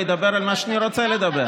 ואני אדבר על מה שאני רוצה לדבר.